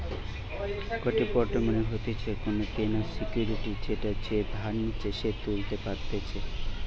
গটে বন্ড মানে হতিছে কোনো দেনার সিকুইরিটি যেটা যে ধার নিচ্ছে সে তুলতে পারতেছে